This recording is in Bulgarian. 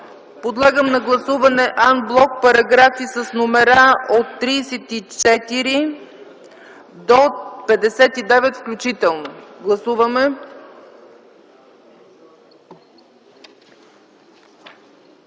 Подлагам на гласуване ан блок параграфи с номера от 34 до 59 включително. Гласували